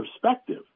perspective